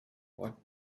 what